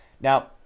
Now